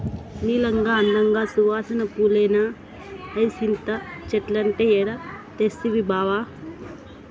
నీలంగా, అందంగా, సువాసన పూలేనా హైసింత చెట్లంటే ఏడ తెస్తవి బావా